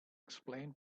explain